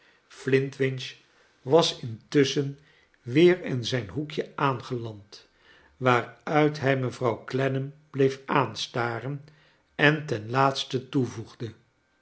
flintwinch was intusschen weer in zijn hoekje aangeland waaruit hij mevrouw clennam bleef aansiareu en ten laatste toevoegde